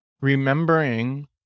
remembering